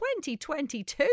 2022